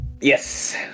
yes